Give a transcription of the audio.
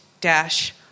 dash